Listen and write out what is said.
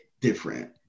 different